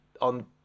on